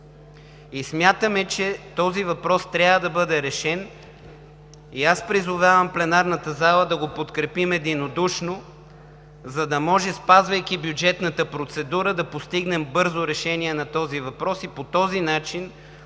и смятаме, че този въпрос трябва да бъде решен. И аз призовавам пленарната зала да го подкрепим единодушно, за да може, спазвайки бюджетната процедура, да постигнем бързо решение на този въпрос и по този начин